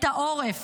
את העורף.